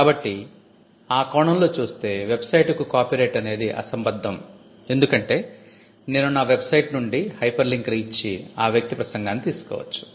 కాబట్టి ఆ కోణంలో చూస్తే వెబ్సైటుకు కాపీరైట్ అనేది అసంబద్ధం ఎందుకంటే నేను నా వెబ్సైట్ నుండి హైపర్లింక్ ఇచ్చి ఆ వ్యక్తి ప్రసంగాన్ని తీసుకోవచ్చు